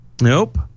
nope